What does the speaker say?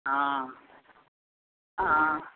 हॅं हॅं